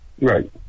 Right